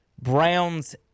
Browns